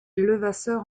levasseur